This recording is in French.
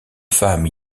femmes